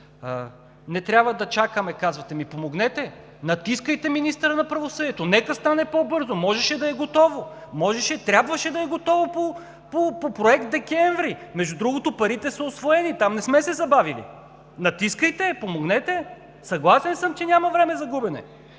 не трябва да чакаме. Помогнете! Натискайте министъра на правосъдието, нека стане по-бързо. Можеше да е готово, трябваше да е готово по проект месец декември! Между другото, парите са усвоени, там не сме се забавили. Натискайте, помогнете! Съгласен съм, че няма време за губене.